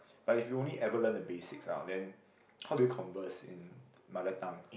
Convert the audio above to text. but if you only ever learn the basics ah then how do you converse in mother tongue